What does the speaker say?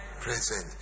Present